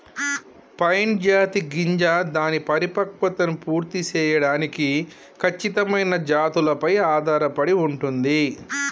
pine జాతి గింజ దాని పరిపక్వతను పూర్తి సేయడానికి ఖచ్చితమైన జాతులపై ఆధారపడి ఉంటుంది